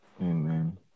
Amen